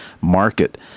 market